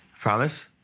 Promise